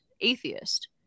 atheist